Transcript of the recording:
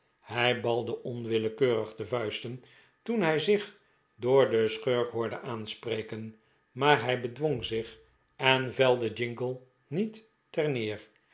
hij balde onwillekeurig de vuisten toen hij zich door den schurk hoorde aanspreken maar hij bedwong zich en velde jingle niet terneer daar